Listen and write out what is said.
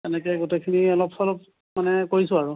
এনেকৈ গোটেইখিনি অলপ চলপ মানে কৰিছোঁ আৰু